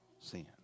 sin